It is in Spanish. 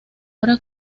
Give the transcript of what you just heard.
obra